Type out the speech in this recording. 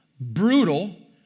brutal